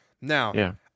Now